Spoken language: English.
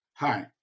Hi